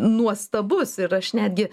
nuostabus ir aš netgi